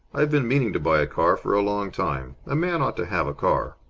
i've been meaning to buy a car for a long time. a man ought to have a car.